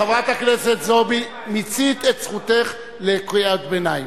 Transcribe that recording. חברת הכנסת זועבי, מיצית את זכותך לקריאת ביניים.